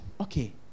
okay